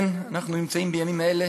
כן, אנחנו נמצאים בימים אלה